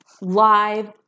live